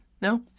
No